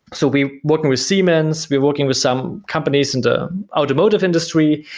so we're working with seamen, so we're working with some companies in the automotive industry.